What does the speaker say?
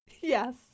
Yes